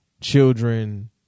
children